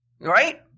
Right